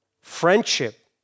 Friendship